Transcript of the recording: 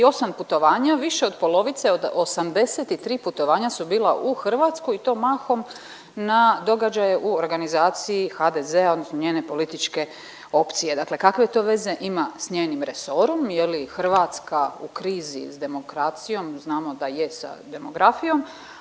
148 putovanja više od polovice od 83 putovanja su bila u Hrvatsku i to mahom na događaje u organizaciji HDZ-a odnosno njene politike opcije. Dakle, kakve to veze ima s njenim resorom? Je li Hrvatska u krizi s demokracijom? Znamo da je sa demografijom,